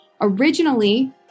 Originally